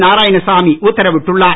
நாராயணசாமி உத்தரவிட்டுள்ளார்